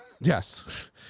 yes